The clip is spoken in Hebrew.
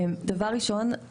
דבר ראשון,